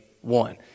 one